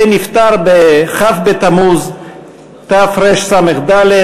ונפטר בכ' בתמוז תרס"ד,